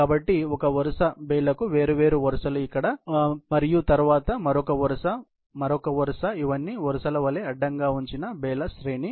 కాబట్టి మీకు తెలుసా ఒక వరుస బేలకు వేర్వేరు వరుసలు ఇక్కడ మరియు తరువాత మరొక వరుస మరొక వరుస ఇవన్నీ వరుసల వలె అడ్డంగా ఉంచిన బేbayల శ్రేణి